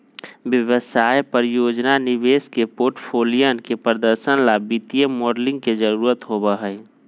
व्यवसाय, परियोजना, निवेश के पोर्टफोलियन के प्रदर्शन ला वित्तीय मॉडलिंग के जरुरत होबा हई